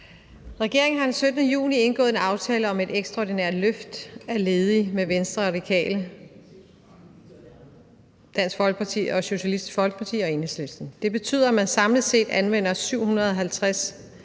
Regeringen har den 17. juni indgået en aftale om et ekstraordinært løft af ledige med Venstre, De Radikale, Dansk Folkeparti, Socialistisk Folkeparti og Enhedslisten. Det betyder, at man samlet set anvender 750